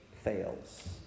fails